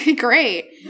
great